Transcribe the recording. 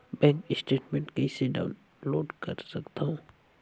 Bank statement कइसे download कर सकथव?